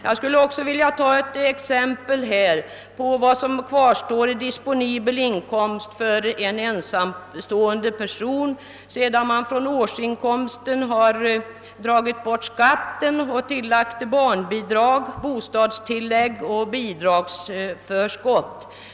Jag skall anföra ett par exempel på vad som kvarstår i disponibel inkomst för en ensamstående person med :barn, sedan man från årsinkomsten drägit skatten men lagt till barnbidrag, :bostadstillägg och bidragsförskott.